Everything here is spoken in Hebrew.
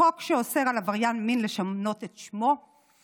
חוק שאוסר על עבריין מין לשנות את שמו ואז